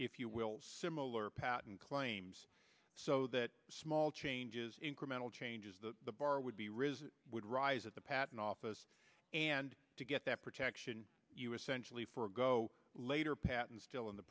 if you will similar patent claims so that small changes incremental changes that the bar would be risen would rise at the patent office and to get that protection you essentially forego later patent still in the